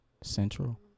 Central